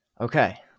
Okay